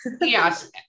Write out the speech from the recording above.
Yes